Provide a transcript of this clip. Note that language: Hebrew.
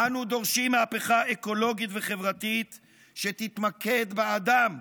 אנו דורשים מהפכה אקולוגית וחברתית שתתמקד באדם,